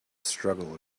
struggle